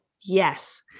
Yes